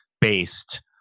based